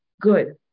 Good